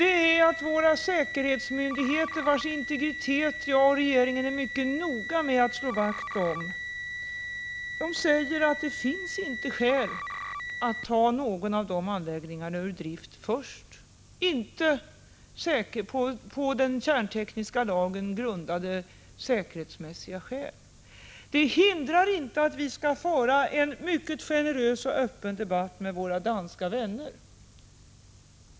Det är att våra säkerhetsmyndigheter, vilkas integritet jag och regeringen är mycket noga med att slå vakt om, säger att det inte finns skäl att ta någon av dessa anläggningar ur drift först, inte av på den kärntekniska lagen grundade säkerhetsskäl. Men det hindrar inte att vi skall föra en mycket generös och öppen debatt med våra danska vänner.